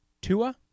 Tua